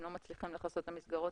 הם לא מצליחים לכסות את המסגרות,